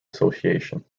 association